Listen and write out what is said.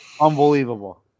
Unbelievable